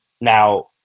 now